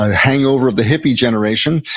ah hangover of the hippie generation.